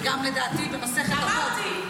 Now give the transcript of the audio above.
ולדעתי גם במסכת אבות.